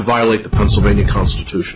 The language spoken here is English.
violate the pennsylvania constitution